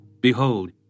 Behold